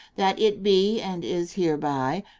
that it be, and is hereby,